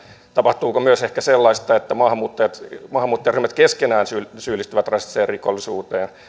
tapahtuuko myös ehkä sellaista että maahanmuuttajaryhmät keskenään syyllistyvät rasistiseen rikollisuuteen